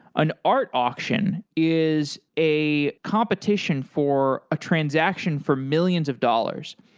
an art auction is a competition for a transaction for millions of dollars.